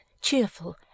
cheerful